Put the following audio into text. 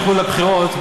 ילכו לבחירות,